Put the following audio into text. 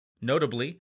Notably